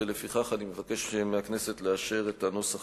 ולפיכך אני מבקש מהכנסת לאשר את הנוסח